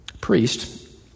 priest